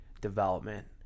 development